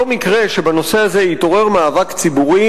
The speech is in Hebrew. לא מקרה שבנושא הזה התעורר מאבק ציבורי